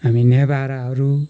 हामी नेभाराहरू